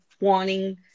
wanting